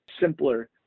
simpler